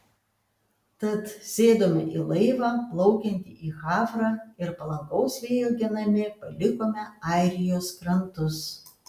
tad sėdome į laivą plaukiantį į havrą ir palankaus vėjo genami palikome airijos krantus